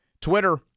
Twitter